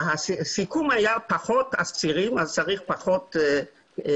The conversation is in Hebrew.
הסיכום היה שאם יש פחות אסירים, צריך פחות מקומות.